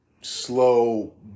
slow